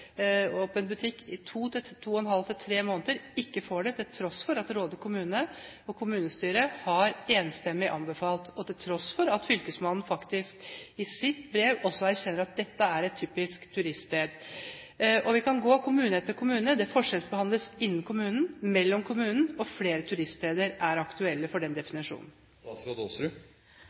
butikk i to og en halv til tre måneder, ikke får det, til tross for at Råde kommune og kommunestyret enstemmig har anbefalt det, og til tross for at fylkesmannen faktisk i sitt brev også erkjenner at dette er et typisk turiststed. Vi kan gå til kommune etter kommune. Det forskjellsbehandles innen kommunen, og mellom kommuner, og flere turiststeder er aktuelle for den definisjonen.